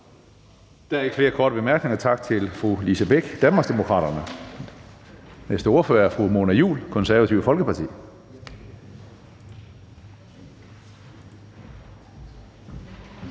Der er ikke flere korte bemærkninger. Tak til fru Lise Bech, Danmarksdemokraterne. Næste ordfører er fru Mona Juul, Det Konservative Folkeparti.